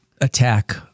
attack